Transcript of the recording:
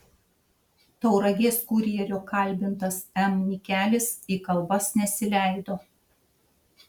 tauragės kurjerio kalbintas m nikelis į kalbas nesileido